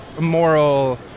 moral